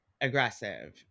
aggressive